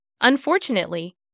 Unfortunately